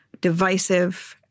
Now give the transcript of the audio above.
divisive